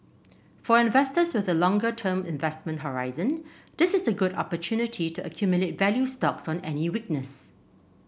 for investors with a longer term investment horizon this is a good opportunity to accumulate value stocks on any weakness